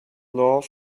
laugh